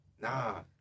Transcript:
Nah